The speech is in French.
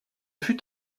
fut